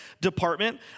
department